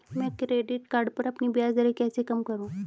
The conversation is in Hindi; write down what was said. मैं क्रेडिट कार्ड पर अपनी ब्याज दरें कैसे कम करूँ?